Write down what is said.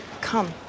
Come